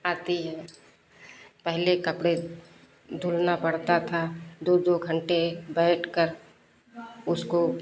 आती है पहले कपड़े धुलना पड़ता था दो दो घंटे बैठकर उसको